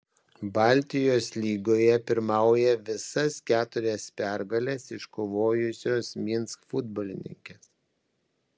baltijos lygoje pirmauja visas keturias pergales iškovojusios minsk futbolininkės